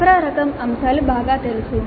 సరఫరా రకం అంశాలు బాగా తెలుసు